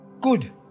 good